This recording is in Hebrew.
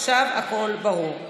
עכשיו, הכול ברור.